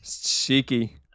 Cheeky